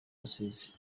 rusizi